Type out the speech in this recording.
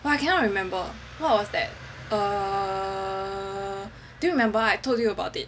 !wah! I cannot remember what was that err do you remember I told you about it